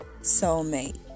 soulmate